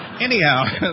Anyhow